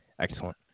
Excellent